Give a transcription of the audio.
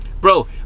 bro